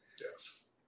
Yes